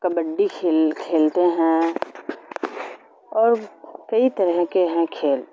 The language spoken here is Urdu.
کبڈی کھیل کھیلتے ہیں اور کئی طرح کے ہیں کھیل